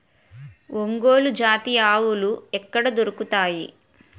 ఒంగోలు జాతి ఆవులు ఎక్కడ దొరుకుతాయి?